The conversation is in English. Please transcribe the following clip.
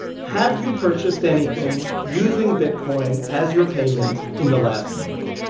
have you purchased anything using bitcoin as your payment in the last month?